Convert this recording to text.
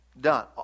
done